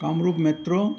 Kamrup metro